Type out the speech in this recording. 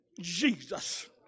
Jesus